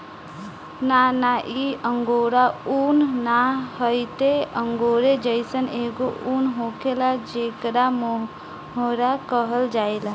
ना ना इ अंगोरा उन ना ह इ त अंगोरे जइसन एगो उन होखेला जेकरा मोहेर कहल जाला